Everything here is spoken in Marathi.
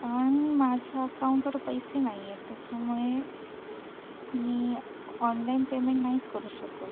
पण माझ्या अकाऊंटवर पैसे नाही आहेत त्याच्यामुळे मी ऑनलाईन पेमेंट नाहीच करू शकत